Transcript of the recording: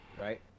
Right